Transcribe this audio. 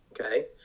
Okay